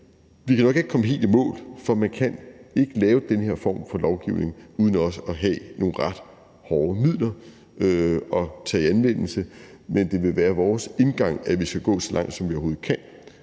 Vi kan nok ikke komme helt i mål, for man kan ikke lave den her form for lovgivning uden også at have nogle ret hårde midler at tage i anvendelse, men det vil være vores indgang, at vi skal gå så langt, som vi overhovedet kan,